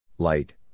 Light